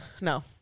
no